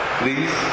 please